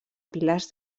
pilars